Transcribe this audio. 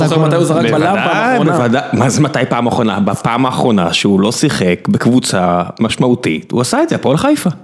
מה זה מתי פעם אחרונה? בפעם האחרונה שהוא לא שיחק בקבוצה משמעותית, הוא עשה את זה, הפועל חיפה.